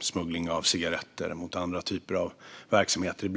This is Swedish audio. smuggling av cigaretter och mot andra typer av verksamheter.